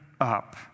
up